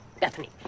bethany